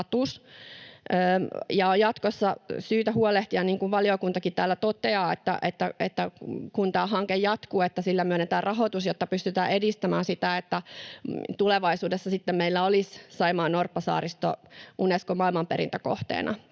Jatkossa on syytä huolehtia, niin kuin valiokuntakin täällä toteaa, että kun tämä hanke jatkuu, sille myönnetään rahoitus, jotta pystytään edistämään sitä, että tulevaisuudessa sitten meillä olisi Saimaan norppasaaristo Unescon maailmanperintökohteena.